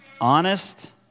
honest